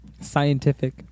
Scientific